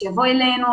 שיבוא אלינו,